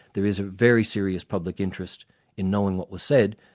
there is a very serious public interest in knowing what was said,